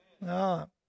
No